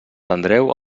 andreu